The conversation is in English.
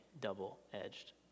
double-edged